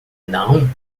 não